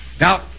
Now